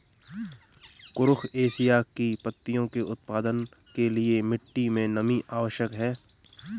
कुरुख एशिया की पत्तियों के उत्पादन के लिए मिट्टी मे नमी आवश्यक है